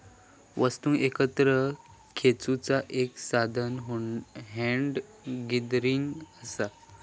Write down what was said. वस्तुंका एकत्र खेचुचा एक साधान हॅन्ड गॅदरिंग असा